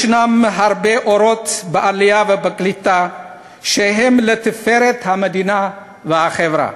יש הרבה אורות בעלייה ובקליטה שהם לתפארת המדינה והחברה.